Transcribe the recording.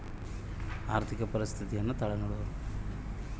ಹಣಕಾಸು ಸಚಿವಾಲಯದಾಗ ಏನು ಕೆಲಸ ಮಾಡುವರು?